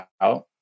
out